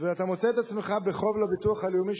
ואתה מוצא את עצמך בחוב לביטוח הלאומי,